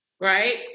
right